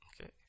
Okay